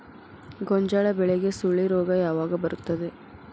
ಗೋಂಜಾಳ ಬೆಳೆಗೆ ಸುಳಿ ರೋಗ ಯಾವಾಗ ಬರುತ್ತದೆ?